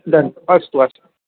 done अस्तु अस्तु